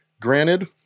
Granted